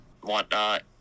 whatnot